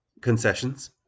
Concessions